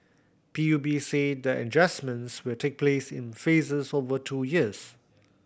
P U B said the adjustments will take place in phases over two years